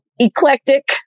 Eclectic